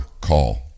call